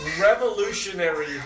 revolutionary